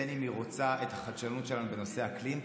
בין שהיא רוצה את החדשנות שלנו בנושא אקלים,